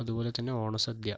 അതുപോലെത്തന്നെ ഓണസദ്യ